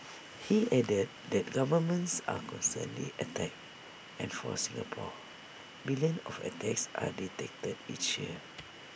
he added that governments are constantly attacked and for Singapore billions of attacks are detected each year